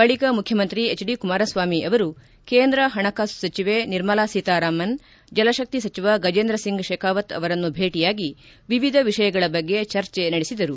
ಬಳಿಕ ಮುಖ್ಣಮಂತ್ರಿ H D Kumaraswamy ಅವರು ಕೇಂದ್ರ ಹಣಕಾಸು ಸಚಿವೆ ನಿರ್ಮಲಾ ಸೀತಾರಾಮನ್ ಜಲಶಕ್ತಿ ಸಚಿವ ಗಜೇಂದ್ರ ಸಿಂಗ್ ಶೇಖಾವತ್ ಅವರನ್ನು ಭೇಟಿಯಾಗಿ ವಿವಿಧ ವಿಷಯಗಳ ಬಗ್ಗೆ ಚರ್ಚೆ ನಡೆಸಿದರು